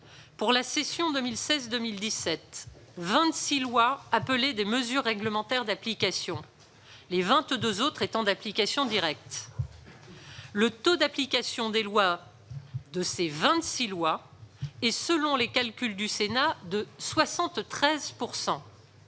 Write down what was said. Pour la session 2016-2017, 26 lois appelaient des mesures réglementaires d'application, les 22 autres étant d'application directe. Le taux d'application de ces 26 lois s'élève, selon les calculs du Sénat, à 73 %.